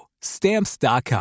stamps.com